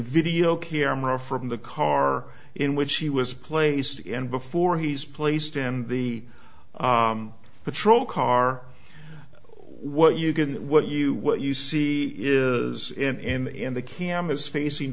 video camera from the car in which he was placed in before he's placed in the patrol car what you get what you what you see is and the cameras facing